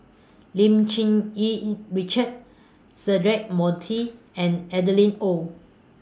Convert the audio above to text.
Lim Cherng Yih Richard Cedric Monteiro and Adeline Ooi